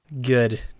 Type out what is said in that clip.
Good